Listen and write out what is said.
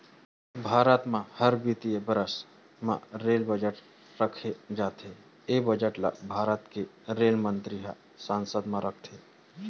भारत म हर बित्तीय बरस म रेल बजट राखे जाथे ए बजट ल भारत के रेल मंतरी ह संसद म रखथे